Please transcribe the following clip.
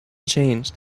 changed